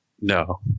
No